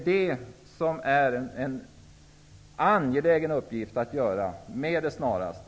Det är en angelägen uppgift att göra med det snaraste.